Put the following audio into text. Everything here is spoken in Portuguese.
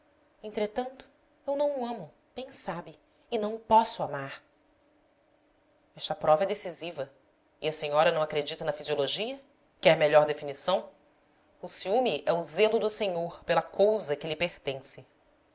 entretanto eu não o amo bem sabe e não o posso amar esta prova é decisiva e a senhora não acredita na fisiologia quer melhor definição o ciúme é o zelo do senhor pela cousa que lhe pertence